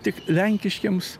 tik lenkiškiems